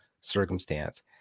circumstance